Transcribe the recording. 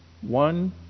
One